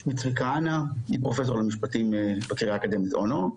שמי צבי כהנא אני פרופסור למשפטים בקריה האקדמית אונו,